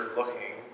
looking